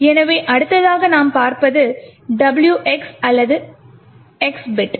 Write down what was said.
எனவே அடுத்ததாக நாம் பார்ப்பது WX அல்லது X பிட்